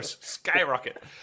skyrocket